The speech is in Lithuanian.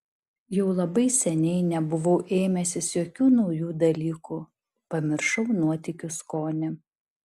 jau labai seniai nebuvau ėmęsis jokių naujų dalykų pamiršau nuotykių skonį